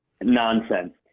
Nonsense